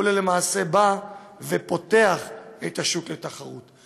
הוא למעשה בא ופותח את השוק לתחרות.